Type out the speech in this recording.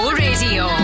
radio